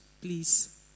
please